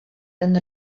ten